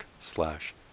slash